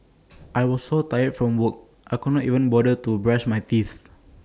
I was so tired from work I could not even bother to brush my teeth